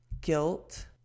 guilt